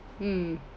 mm